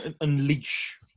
unleash